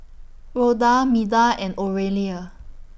Rhoda Meda and Oralia